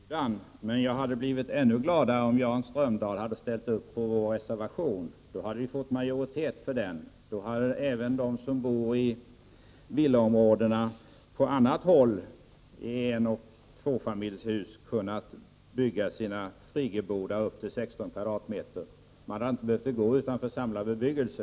Fru talman! Jag tackar Jan Strömdahl för inbjudan. Men jag hade blivit ännu gladare om Jan Strömdahl hade ställt upp på vår reservation. Då hade vi fått majoritet, och då hade även de som bor i villaområden på annat håll i enoch tvåfamiljshus kunnat bygga sina friggebodar på 16 m?. Man hade då inte behövt gå utanför samlad bebyggelse.